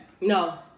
No